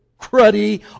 cruddy